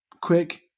Quick